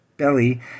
Belly